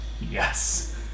Yes